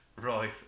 right